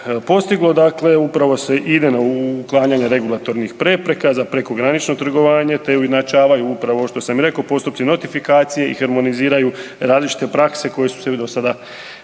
postiglo upravo se ide na uklanjanje regulatornih prepreka za prekogranično trgovanje te ujednačavaju upravo ovo što sam rekao, postupci notifikacije i harmoniziraju različite praske koje su se do sada